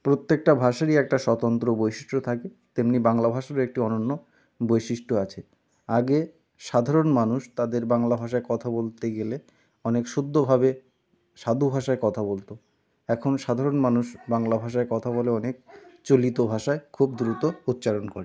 প্রত্যেকটা ভাষারই একটা স্বতন্ত্র বৈশিষ্ট্য থাকে তেমনি বাংলা ভাষারও একটি অনন্য বৈশিষ্ট্য আছে আগে সাধারণ মানুষ তাদের বাংলা ভাষায় কথা বলতে গেলে অনেক শুদ্ধভাবে সাধু ভাষায় কথা বলতো এখন সাধারণ মানুষ বাংলা ভাষায় কথা বলে অনেক চলিত ভাষায় খুব দ্রুত উচ্চারণ করে